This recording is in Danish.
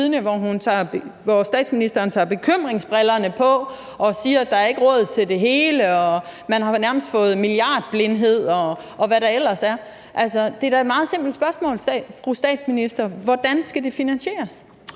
hvor statsministeren tager bekymringsbrillerne på og siger, at der ikke er råd til det hele, og man vel nærmest har fået milliardblindhed, og hvad der ellers er. Altså, det er da et meget simpelt spørgsmål, fru statsminister.